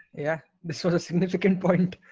yeah. this was a significant point.